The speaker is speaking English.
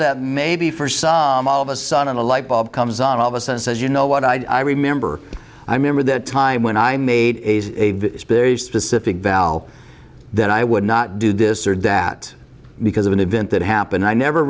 that maybe for som all of a sudden a light bulb comes on all of us and says you know what i remember i remember that time when i made a specific val that i would not do this or that because of an event that happened i never